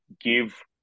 give